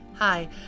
Hi